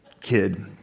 kid